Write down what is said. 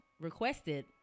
requested